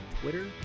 Twitter